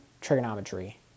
Trigonometry